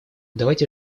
давайте